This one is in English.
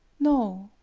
no,